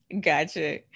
Gotcha